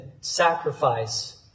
sacrifice